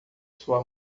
sua